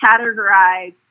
categorize